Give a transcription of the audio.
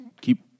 keep